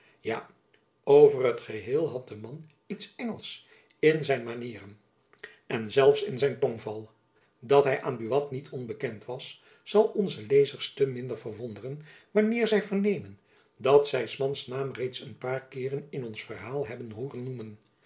ja over t geheel had de man iets engelsch in zijn manieren en zelfs in zijn tongval dat hy aan buat niet onbekend was zal onze lezers te minder verwonderen wanneer zy vernemen dat zy s mans naam reeds een paar keeren in ons verhaal hebben hooren noemen